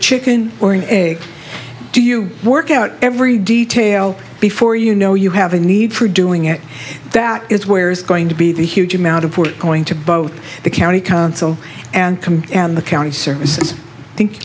chicken or an egg do you work out every detail before you know you have a need for doing it that is where is going to be the huge amount of work going to both the county council and come and the county services think